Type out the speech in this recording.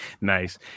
Nice